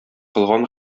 кылган